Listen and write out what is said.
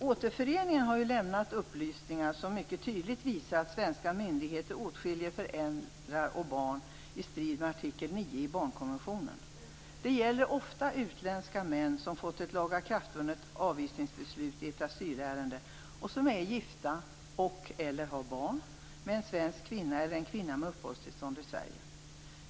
Återföreningar har tydligt visat att svenska myndigheter åtskiljer föräldrar och barn i strid med artikel 9 i barnkonventionen. Det gäller ofta utländska män som fått ett lagakraftvunnet avvisningsbeslut i ett asylärende och som är gifta och/eller har barn med en svensk kvinna eller en kvinna med uppehållstillstånd i Sverige.